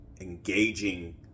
engaging